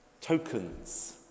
tokens